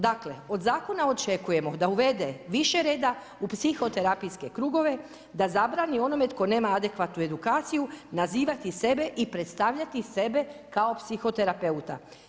Dakle, od zakona očekujemo da uvede više reda u psihoterapijske krugove, da zabrani onome tko nema adekvatnu edukaciju nazivati sebe i predstavljati sebe kao psihoterapeuta.